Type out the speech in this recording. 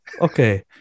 Okay